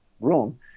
room